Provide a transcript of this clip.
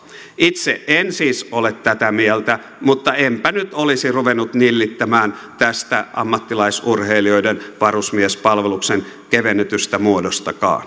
itse en siis ole tätä mieltä mutta enpä nyt olisi ruvennut nillittämään tästä ammattilaisurheilijoiden varusmiespalveluksen kevennetystä muodostakaan